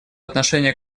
отношение